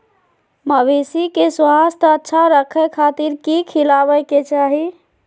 मवेसी के स्वास्थ्य अच्छा रखे खातिर की खिलावे के चाही?